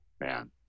man